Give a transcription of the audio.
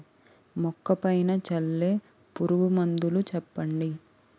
మొక్క పైన చల్లే పురుగు మందులు చెప్పండి?